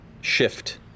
shift